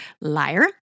Liar